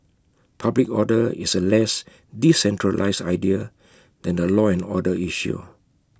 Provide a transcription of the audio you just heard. public order is A less decentralised idea than A law and order issue